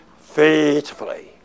faithfully